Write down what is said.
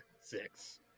six